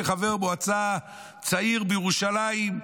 כחבר מועצה צעיר בירושלים,